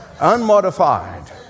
unmodified